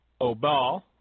Obal